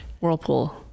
whirlpool